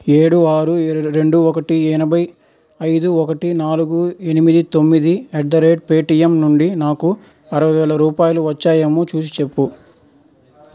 ఏడు ఆరు ఎ రెండు ఒకటి ఎనభై ఐదు ఒకటి నాలుగు ఎనిమిది తొమ్మిది ఎట్ ద రేట్ పేటియం నుండి నాకు అరవై వేలు రూపాయలు వచ్చాయేమో చూసిచెప్పు